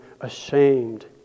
ashamed